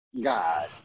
God